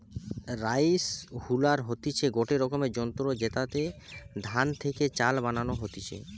rice huller হতিছে গটে রকমের যন্ত্র জেতাতে ধান থেকে চাল বানানো হতিছে